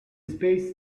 space